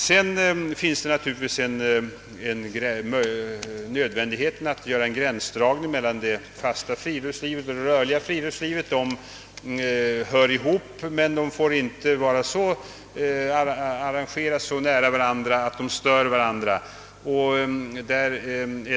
Sedan är det naturligtvis nödvändigt att göra en gränsdragning mellan det fasta friluftslivet och det rörliga friluftslivet. Dessa aktiviteter hör ihop men får inte anordnas så nära varandra att de stör varandra.